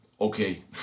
Okay